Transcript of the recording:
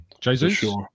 Jesus